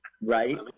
right